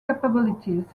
capabilities